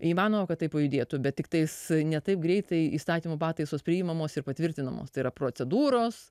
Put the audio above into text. įmanoma kad tai pajudėtų bet tiktais ne taip greitai įstatymo pataisos priimamos ir patvirtinamos tai yra procedūros